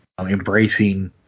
embracing –